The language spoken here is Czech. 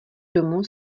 domu